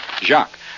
Jacques